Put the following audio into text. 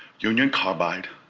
union carbide,